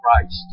Christ